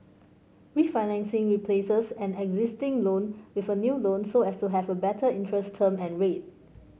refinancing replaces an existing loan with a new loan so as to have a better interest term and rate